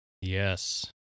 Yes